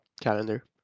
calendar